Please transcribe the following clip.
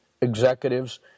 executives